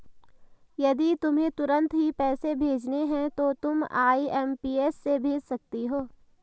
यदि तुम्हें तुरंत ही पैसे भेजने हैं तो तुम आई.एम.पी.एस से भेज सकती हो